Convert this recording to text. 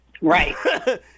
right